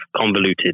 convoluted